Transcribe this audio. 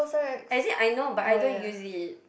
as in I know but I don't use it